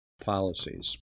policies